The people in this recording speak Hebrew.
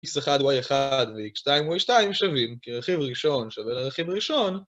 x1 y1 וx2 y2 שווים, כי הרכיב ראשון שווה לרכיב ראשון